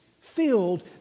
filled